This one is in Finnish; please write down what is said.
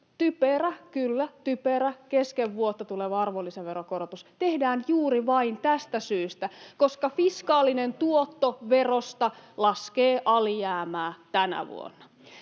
typerä — kyllä, typerä — kesken vuotta tuleva arvonlisäveron korotus tehdään juuri vain tästä syystä, koska fiskaalinen tuotto verosta laskee alijäämää tänä vuonna.